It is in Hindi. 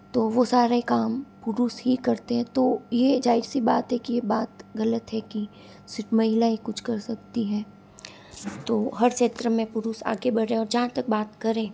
तो वो सारे काम पुरुष ही करते हैं तो ये जाहिर सी बातें की ये बात गलत है कि सिर्फ महिला ही कुछ कर सकती है तो हर क्षेत्र में पुरुष आगे बढ़ रहे हैं और जहाँ तक बात करें